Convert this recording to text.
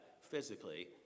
physically